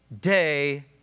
day